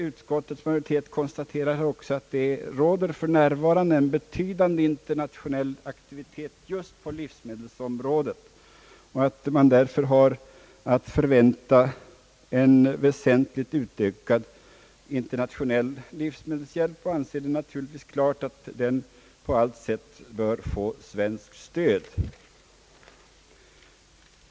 Utskottets majoritet konstaterar också att det för närvarande råder en betydande internationell aktivitet just på livsmedelsområdet och att man därför har att förvänta en väsentlig utökning av livsmedelshjälpen. Utskottet anser naturligtvis att den på allt sätt bör få svenskt stöd.